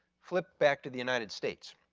flip back to the united states.